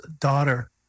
daughter